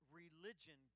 religion